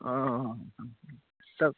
ओ तऽ